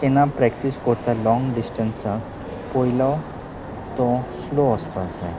केन्ना प्रॅक्टीस कोता लॉंग डिस्टन्साक पयलो तो स्लो वसपाक जाय